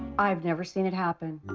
i've never seen it happen.